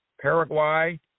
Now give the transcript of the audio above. Paraguay